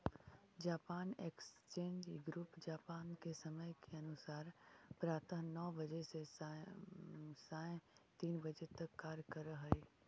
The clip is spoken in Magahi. जापान एक्सचेंज ग्रुप जापान के समय के अनुसार प्रातः नौ बजे से सायं तीन बजे तक कार्य करऽ हइ